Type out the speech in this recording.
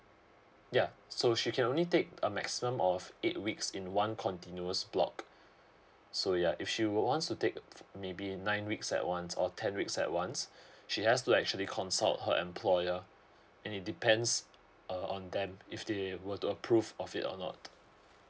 yeah so she can only take a maximum of eight weeks in one continuous block so yeah if she wants to take maybe nine weeks at once or ten weeks at once she has to actually consult her employer and it depends uh on them if they were to approve of it or not